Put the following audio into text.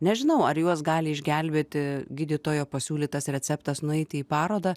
nežinau ar juos gali išgelbėti gydytojo pasiūlytas receptas nueiti į parodą